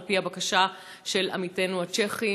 על-פי הבקשה של עמיתינו הצ'כים.